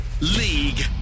League